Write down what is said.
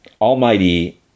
Almighty